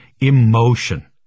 emotion